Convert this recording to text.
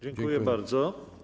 Dziękuję bardzo.